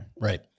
Right